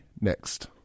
Next